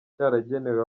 cyaragenewe